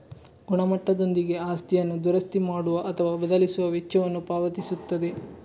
ಗುಣಮಟ್ಟದೊಂದಿಗೆ ಆಸ್ತಿಯನ್ನು ದುರಸ್ತಿ ಮಾಡುವ ಅಥವಾ ಬದಲಿಸುವ ವೆಚ್ಚವನ್ನು ಪಾವತಿಸುತ್ತದೆ